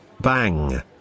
Bang